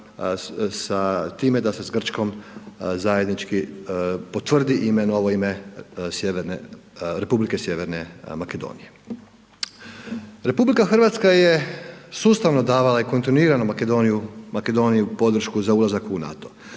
sa time da se s Grčkom zajednički potvrdi novo ime Republike Sjeverne Makedonije. RH je sustavno davala i kontinuirano Makedoniji podršku za ulazak u NATO.